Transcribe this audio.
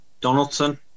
Donaldson